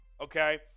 okay